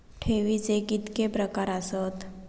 ठेवीचे कितके प्रकार आसत?